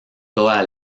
toda